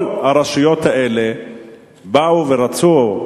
כל הרשויות האלה באו ורצו,